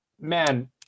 man